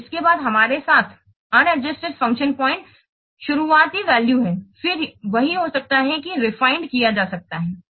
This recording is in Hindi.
तो इसके बाद हमारे साथ असमायोजित फंक्शन पॉइंट है यह शुरुआती वैल्यू है फिर वही हो सकता है परिष्कृत किया जा सकता है